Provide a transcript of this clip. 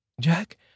Jack